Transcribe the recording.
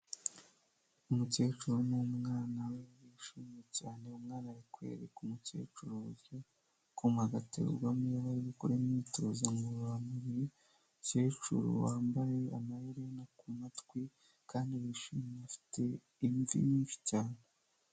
Umukecuru n'umwana we bishimye cyane, umwana ari kwereka umukecuru uburyo akuma gaterurwamo iyo barimo gukora imyitozo ngororamubiri, umukecuru wambaye amaherena ku matwi kandi bishimye, afite imvi nyinshi cyane.